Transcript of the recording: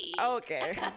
okay